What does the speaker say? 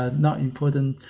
ah not important.